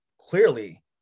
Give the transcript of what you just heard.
clearly